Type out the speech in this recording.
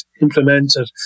implemented